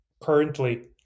currently